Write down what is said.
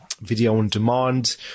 video-on-demand